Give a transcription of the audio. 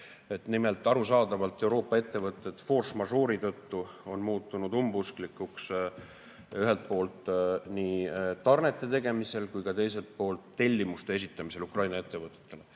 Nimelt, arusaadavalt on Euroopa ettevõttedforce majeure'i tõttu muutunud umbusklikuks ühelt poolt tarnete tegemisel ja teiselt poolt tellimuste esitamisel Ukraina ettevõtetele.